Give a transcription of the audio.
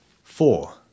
Four